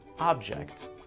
object